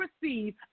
receive